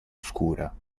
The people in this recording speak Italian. scura